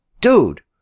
Dude